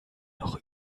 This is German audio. noch